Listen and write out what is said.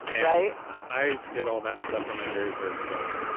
i i did all that stuff for my very first book,